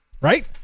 right